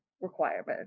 requirement